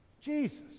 Jesus